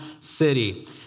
City